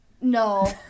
No